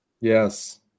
Yes